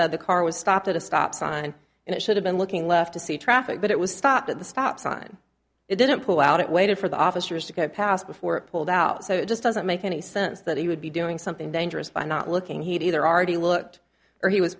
said the car was stopped at a stop sign and it should have been looking left to see traffic but it was stopped at the stop sign it didn't pull out it waited for the officers to go past before it pulled out so it just doesn't make any sense that he would be doing something dangerous by not looking he either r d looked or he was